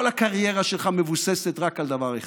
כל הקריירה שלך מבוססת רק על דבר אחד: